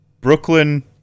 Brooklyn